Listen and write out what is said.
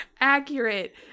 Accurate